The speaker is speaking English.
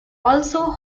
also